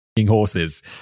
horses